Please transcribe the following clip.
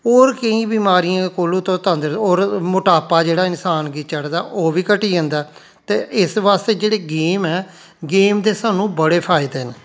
होर केईं बिमारियां कोला तुस तंद होर मोटापा जेह्ड़ा इंसान गी चढ़दा ओह् बी घटी जंदा ते इस बास्तै जेह्ड़ी गेम ऐ गेम दे सानू बड़े फायदे न